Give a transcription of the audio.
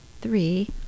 three